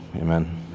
amen